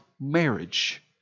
marriage